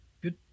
good